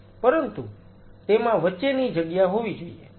પરંતુ તેમાં વચ્ચેની જગ્યા હોવી જોઈએ